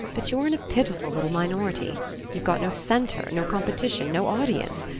but you're in a pitiful little minority you've got no centre, no competition, no audience.